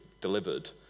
delivered